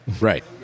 Right